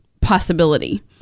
possibility